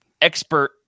expert